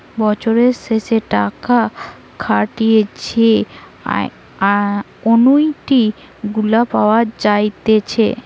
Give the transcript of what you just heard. বছরের শেষে টাকা খাটিয়ে যে অনুইটি গুলা পাওয়া যাইতেছে